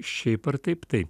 šiaip ar taip tai